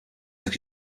took